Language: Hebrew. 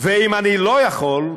ואם אנחנו לא יכולים,